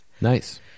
Nice